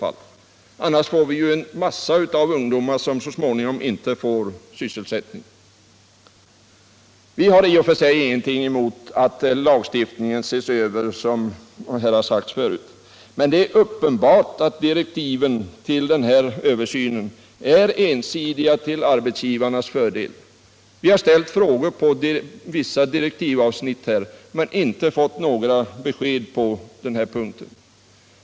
Annars blir det ju så småningom en hel mängd ungdomar som inte får någon sysselsättning. Vi har, som redan framhållits, i och för sig ingenting emot att lagstiftningen ses över, men det är uppenbart att direktiven till utredningen om översyn av lagen om anställningsskydd är ensidiga och till arbetsgivarnas fördel. Vi har ställt frågor angående vissa avsnitt i direktiven men har inte fått något besked.